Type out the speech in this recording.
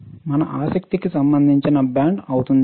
ఇది మన ఆసక్తికి సంబంధించిన బ్యాండ్ అవుతుంది